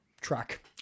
track